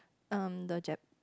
um the jap